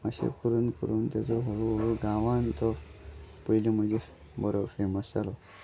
अशें करून करून तेजो हळू हळू गांवान तो पयलीं मनीस बरो फेमस जालो